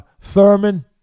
Thurman